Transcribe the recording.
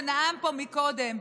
שנאם פה קודם,